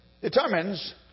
determines